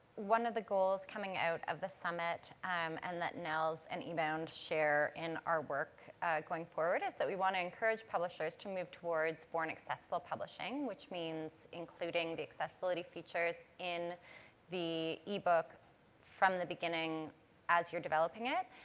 one of the goals coming out of the summit um and that nnels and ebound share in our work going forward is that we want to encourage publishers to move towards born-accessible publishing, which means including the accessibility features in the ebook from the beginning as you're developing it.